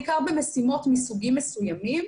בעיקר במשימות מסוגים מסוימים,